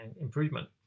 improvement